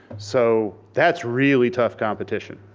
so that's really tough competition.